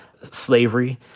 slavery